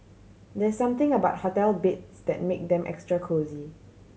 there something about hotel beds that make them extra cosy